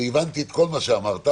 אני הבנתי כל מה שאמרת